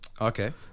Okay